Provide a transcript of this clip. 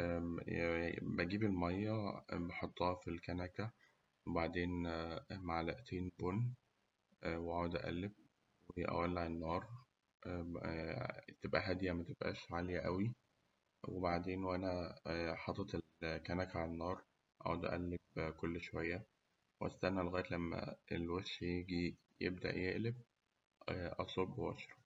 بجيب الماية بحطها في الكنكة وبعدين معلقتين بن وأقعد أقلب، أولع النار تبقى هادية متبقاش عالية أوي، وبعدين وأنا حاطط الكنكة عالنار أقعد أقلب كل شوية، وأستنى لغاية لما الوش يجي يبدأ يقلب، أصب وأشرب.